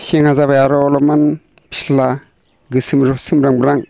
सेंआ जबााय आरो अलपमान फिस्ला गोसोम रं सोमब्रांब्रां